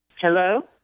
Hello